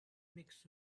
mix